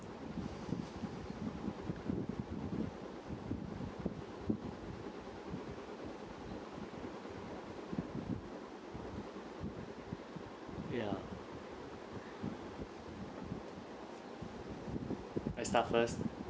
ya I start first